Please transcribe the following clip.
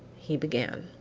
he began